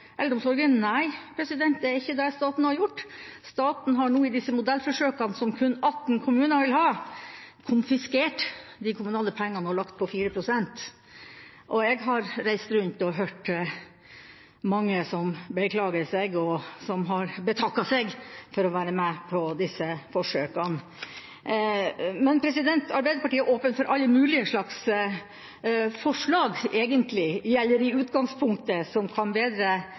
eldreomsorgen: Nei, det er ikke det staten har gjort. Staten har nå i disse modellforsøkene, som kun 18 kommuner vil ha, konfiskert de kommunale pengene og lagt på 4 pst. Jeg har reist rundt og hørt mange som beklager seg, og som har betakket seg for å være med på disse forsøkene. Arbeiderpartiet er i utgangspunktet åpen for alle mulige slags forslag